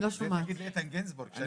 אני